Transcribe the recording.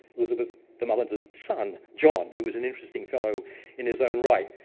elizabeth desmoulins's son, john, who was an interesting fellow in his own right.